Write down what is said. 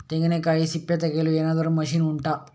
ತೆಂಗಿನಕಾಯಿ ಸಿಪ್ಪೆ ತೆಗೆಯಲು ಏನಾದ್ರೂ ಮಷೀನ್ ಉಂಟಾ